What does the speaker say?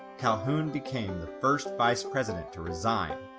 calhoun became the first vice president to resign.